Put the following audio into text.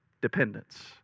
dependence